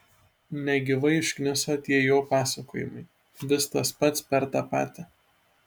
negyvai užkniso tie jo pasakojimai vis tas pats per tą patį